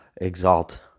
exalt